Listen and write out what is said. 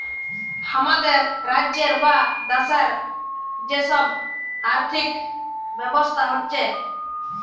হামাদের রাজ্যের বা দ্যাশের যে সব আর্থিক ব্যবস্থা হচ্যে